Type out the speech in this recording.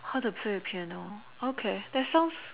how to play a piano okay that sounds